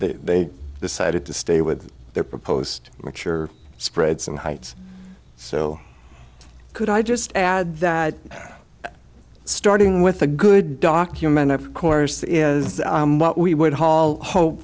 they decided to stay with their proposed mature spreads and heights so could i just add that starting with a good document of course is what we would haul hope